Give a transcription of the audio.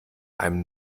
einem